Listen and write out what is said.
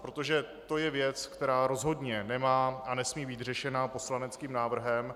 Protože to je věc, která rozhodně nemá a nesmí být řešena poslaneckým návrhem.